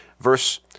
verse